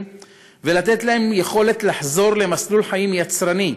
ולתת להם את היכולת לחזור למסלול חיים יצרני,